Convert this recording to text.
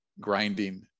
grinding